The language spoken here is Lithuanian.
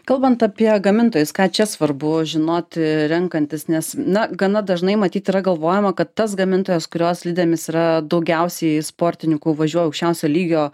kalbant apie gamintojus ką čia svarbu žinoti renkantis nes na gana dažnai matyt yra galvojama kad tas gamintojas kurio slidėmis yra daugiausiai sportininkų važiuoja aukščiausio lygio